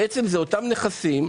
בעצם אלה אותם נכסים,